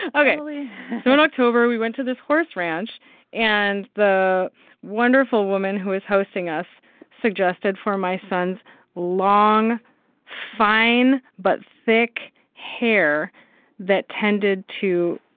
ok so in october, we went to this horse ranch and the wonderful woman who is hosting us suggested for my son's long fine, but thick hair that tended to,